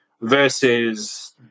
versus